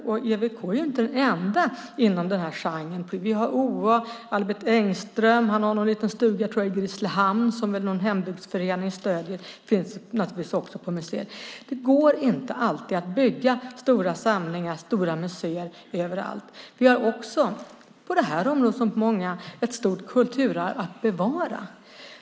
EWK är inte den enda inom den här genren. Vi har O.A. och Albert Engström. Jag tror att han har någon stuga i Grisslehamn som någon hembygdsförening stöder, och teckningarna finns också på museer. Det går inte att bygga stora samlingar och museer överallt. På det här området som på många andra har vi också ett stort kulturarv att bevara.